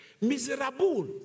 miserable